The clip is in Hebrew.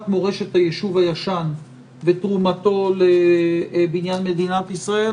מורשת הישוב הישן ותרומתו לבניין מדינת ישראל,